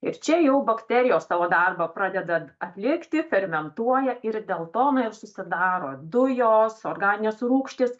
ir čia jau bakterijos savo darbą pradeda atlikti fermentuoja ir dėl to na ir susidaro dujos organinės rūgštys